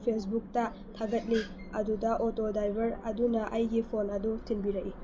ꯐꯦꯁꯕꯨꯛꯇ ꯊꯥꯒꯠꯂꯤ ꯑꯗꯨꯗ ꯑꯣꯇꯣ ꯗ꯭ꯔꯥꯏꯕꯔ ꯑꯗꯨꯅ ꯑꯩꯒꯤ ꯐꯣꯟ ꯑꯗꯨ ꯊꯤꯟꯕꯤꯔꯛꯏ